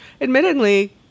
admittedly